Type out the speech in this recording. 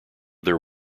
their